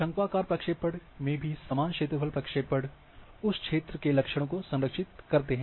शंक्वाकार प्रक्षेपण में भी समान क्षेत्रफल प्रक्षेपण उस क्षेत्र के लक्षणों को संरक्षित करते हैं